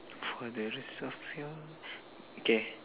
for the rest of your okay